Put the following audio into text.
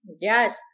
yes